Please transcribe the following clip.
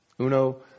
Uno